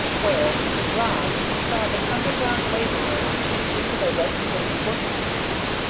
where, in the dry, he saw the underground laborers change into their red-stained working-suits.